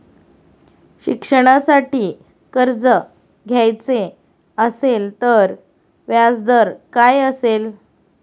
शिक्षणासाठी कर्ज घ्यायचे असेल तर व्याजदर काय असेल?